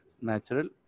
natural